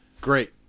Great